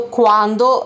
quando